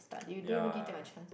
yea